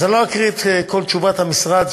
אני לא אקריא את כל תשובת המשרד,